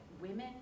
women